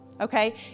okay